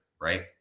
right